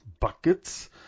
buckets